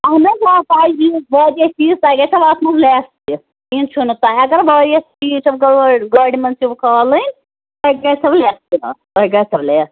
اہن حظ آ تۄہہِ نِیُو وارِیاہ چیٖر تۄہہِ گَژھیٚو اَتھ منٛز لیٚس تہِ کیٚنٛہہ چھُنہٕ تۄہہِ اگر وارِیاہ چیٖر چھُو گٲڑۍ گاڑِ منٛز چھُو کھالٕنۍ تۄہہِ گَژھیٚو لیٚس تہِ تتھ تۄہہِ گَژھیٚو لیٚس